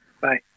Bye